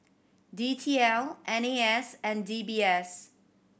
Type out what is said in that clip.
D T L N A S and D B S